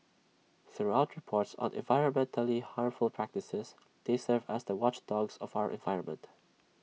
through reports on environmentally harmful practices they serve as the watchdogs of our environment